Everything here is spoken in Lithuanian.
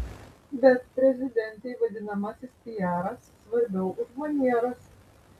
bet prezidentei vadinamasis piaras svarbiau už manieras